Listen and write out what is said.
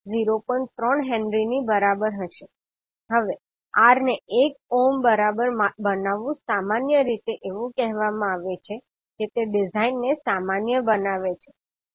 3 હેનરીની બરાબર હશે હવે R ને 1 ઓહ્મ બરાબર બનાવવું સામાન્ય રીતે એવું કહેવામાં આવે છે કે તે ડિઝાઇન ને સામાન્ય બનાવે છે